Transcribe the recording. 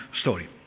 story